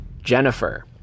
Jennifer